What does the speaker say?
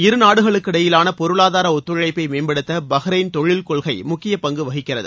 இரு நாடுகளுக்கிடையிலான பொருளாதார ஒத்துழைப்பை மேம்படுத்த பஹ்ரைன் தொழில் கொள்கை முக்கியப் பங்கு வகிக்கிறது